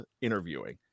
interviewing